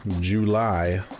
July